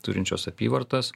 turinčios apyvartas